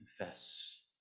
Confess